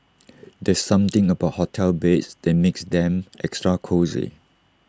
there's something about hotel beds that makes them extra cosy